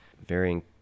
Varying